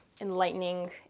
enlightening